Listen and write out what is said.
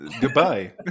Goodbye